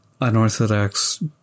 unorthodox